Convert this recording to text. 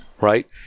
right